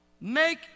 make